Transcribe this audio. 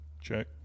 check